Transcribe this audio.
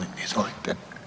Izvolite.